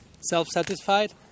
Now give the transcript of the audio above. self-satisfied